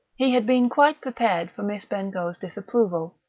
he had been quite prepared for miss bengough's disapproval.